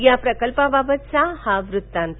या प्रकल्पाबाबतचा हा वृत्तांत